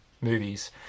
movies